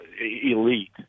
elite